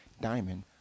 diamond